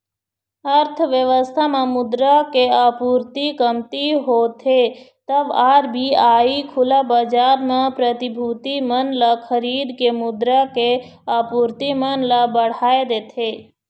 अर्थबेवस्था म मुद्रा के आपूरति कमती होथे तब आर.बी.आई खुला बजार म प्रतिभूति मन ल खरीद के मुद्रा के आपूरति मन ल बढ़ाय देथे